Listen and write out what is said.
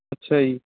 ਅੱਛਾ ਜੀ